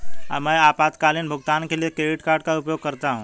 मैं आपातकालीन भुगतान के लिए क्रेडिट कार्ड का उपयोग करता हूं